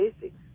basics